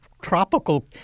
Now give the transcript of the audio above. tropical